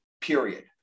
period